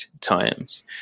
times